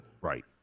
right